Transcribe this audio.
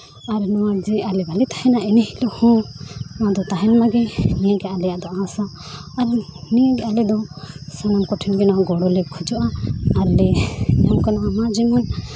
ᱟᱨ ᱡᱮ ᱟᱞᱮ ᱵᱟᱞᱮ ᱛᱟᱦᱮᱱᱟ ᱤᱱᱟᱹᱦᱤᱞᱳᱜ ᱦᱚᱸ ᱱᱚᱣᱟ ᱫᱚ ᱛᱟᱦᱮᱸ ᱢᱟᱜᱮ ᱱᱤᱭᱟᱹ ᱜᱮ ᱟᱞᱮᱭᱟᱜ ᱫᱚ ᱟᱥᱟ ᱟᱨ ᱱᱤᱭᱟᱹ ᱜᱮ ᱟᱞᱮ ᱫᱚ ᱥᱟᱱᱟᱢ ᱠᱚᱴᱷᱮᱱ ᱜᱮ ᱜᱚᱲᱚ ᱞᱮ ᱠᱷᱚᱡᱚᱜᱼᱟ ᱟᱨ ᱞᱮ ᱱᱚᱝᱠᱟᱱ ᱨᱚᱢᱚᱡ ᱡᱮᱢᱚᱱ